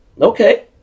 Okay